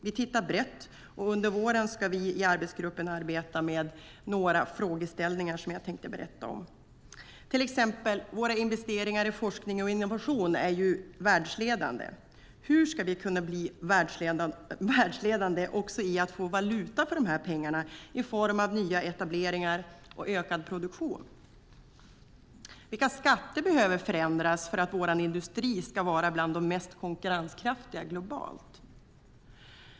Vi tittar på detta brett, och under våren ska vi i arbetsgruppen arbeta med några frågeställningar som jag nu tänker berätta om. Våra investeringar i forskning och innovation är världsledande. Hur ska vi kunna bli världsledande också när det gäller att få valuta för dessa pengar i form av nya etableringar och ökad produktion? Vilka skatter behöver förändras för att vår industri ska vara bland de mest konkurrenskraftiga globalt?